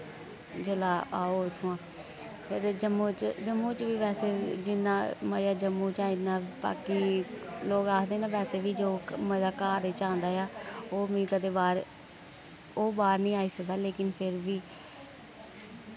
जुल्लै आओ उत्थुआं फिर जम्मू च जम्मू च बी बैसे जिन्ना मजा जम्मू च ऐ इ'न्ना बाकी लोक आक्खदे ना बैसे बी जो मजा घर च आंदा ऐ ओह् मी कदें बाह्र ओह् बाह्र निं आई सकदा लेकिन फिर बी